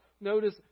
Notice